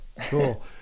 Cool